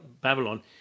Babylon